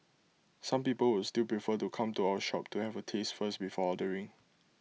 some people would still prefer to come to our shop to have A taste first before ordering